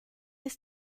ist